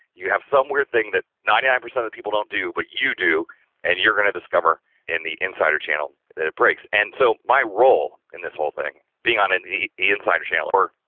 you have some weird thing that ninety nine percent that people won't do but you do and you're going to discover in the insider channel that it breaks and so, my role, in this whole thing, being on in the insider channel or,